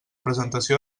presentació